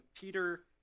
Peter